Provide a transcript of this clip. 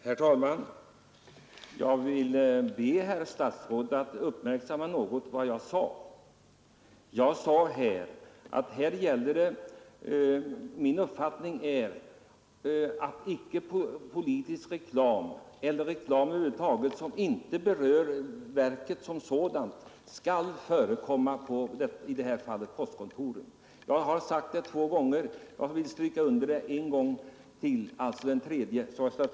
Herr talman! Jag vill be herr statsrådet att uppmärksamma vad jag sade. Jag sade att reklam som inte berör postverket som sådant enligt min uppfattning inte skall förekomma på postkontoren. Jag har sagt det två gånger, och jag vill understryka det en tredje gång, så att statsrådet uppfattar det.